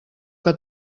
que